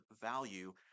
value